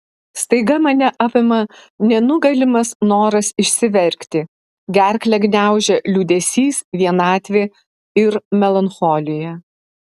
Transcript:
staiga mane apima nenugalimas noras išsiverkti gerklę gniaužia liūdesys vienatvė ir melancholija